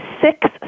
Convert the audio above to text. six